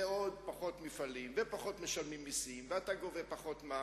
ואני רואה כל יום שבאיזשהו מקום אנשים שיושבים סביב השולחן הזה